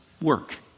work